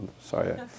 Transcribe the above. Sorry